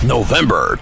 November